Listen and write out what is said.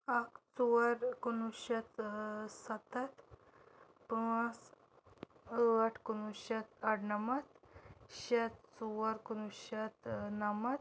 اَکھ ژور کُنہٕ وُہ شَتھ سَتَتھ پانٛژھ ٲٹھ کُنہٕ وُہ شَتھ اَرنَمَتھ شےٚ ژور کُنہٕ وُہ شَتھ نَمَتھ